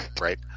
right